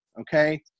Okay